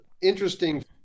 interesting